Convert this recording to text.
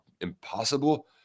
impossible